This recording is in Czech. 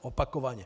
Opakovaně.